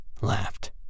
laughed